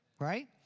right